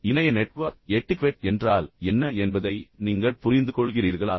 இப்போது இணைய network etiquette என்றால் என்ன என்பதை நீங்கள் புரிந்துகொள்கிறீர்களா